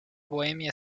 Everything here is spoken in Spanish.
bohemia